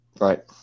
Right